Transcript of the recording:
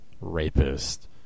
rapist